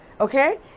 okay